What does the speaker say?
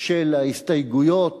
של ההסתייגויות